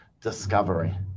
discovery